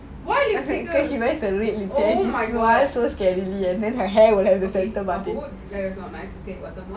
her hair in the center parting and it's not nice